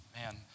man